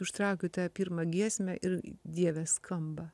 užtraukiu tą pirmą giesmę ir dieve skamba